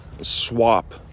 swap